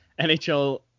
NHL